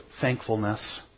thankfulness